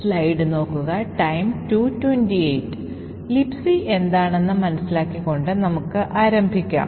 Libc എന്താണെന്ന് മനസിലാക്കിക്കൊണ്ട് നമുക്ക് ആരംഭിക്കാം